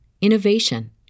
innovation